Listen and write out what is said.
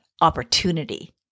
opportunity